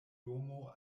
domo